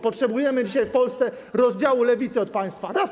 Potrzebujemy dzisiaj w Polsce rozdziału Lewicy od państwa, raz na zawsze.